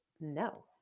no